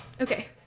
Okay